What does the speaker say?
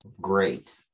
great